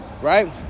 Right